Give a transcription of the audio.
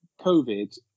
COVID